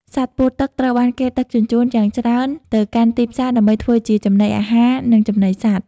សត្វពស់ទឹកត្រូវបានគេដឹកជញ្ជូនយ៉ាងច្រើនទៅកាន់ទីផ្សារ ដើម្បីធ្វើជាចំណីអាហារ និងចំណីសត្វ។